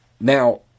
Now